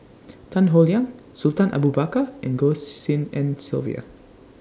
Tan Howe Liang Sultan Abu Bakar and Goh Tshin En Sylvia